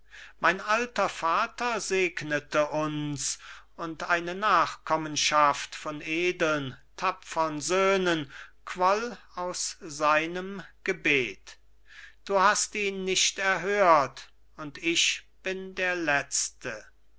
mein alter vater segnete uns und eine nachkommenschaft von edeln tapfern söhnen quoll aus seinem gebet du hast ihn nicht erhört und ich bin der letzte